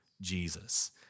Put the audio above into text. Jesus